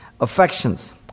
Affections